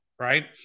Right